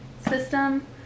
system